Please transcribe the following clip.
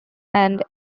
ellis